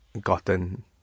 gotten